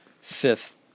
Fifth